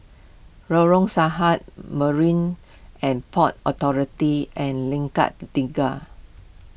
Lorong Sarhad Marine and Port Authority and Lengkok Tiga